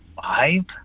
Five